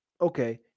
Okay